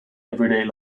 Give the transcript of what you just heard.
everyday